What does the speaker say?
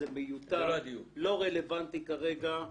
זה מיותר, לא רלוונטי כרגע.